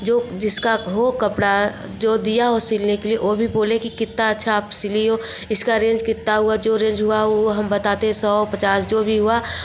जो जिसका हो कपड़ा जो दिया हो सिलने के लिए ओ भी बोले की कितना अच्छा आप सिली हो इसका रेंज कितना हुआ जो रेंज हुआ वो हम बताते हैं सौ पचास जो भी हुआ